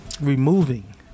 removing